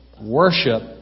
Worship